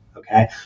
Okay